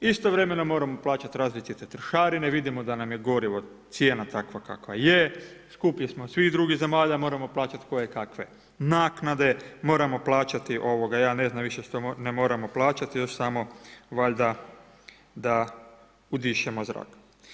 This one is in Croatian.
Istovremeno moramo plaćati različite trošarine, vidimo da nam je gorivo, cijena takva kakva je, skuplji smo od svih drugih zemalja, a moramo plaćati koje kakve naknade, moramo plaćati, ja ne znam više što ne moramo plaćati, još samo valjda da udišemo zrak.